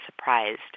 surprised